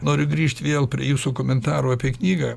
noriu grįžt vėl prie jūsų komentarų apie knygą